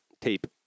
tape